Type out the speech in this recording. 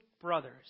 brothers